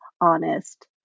honest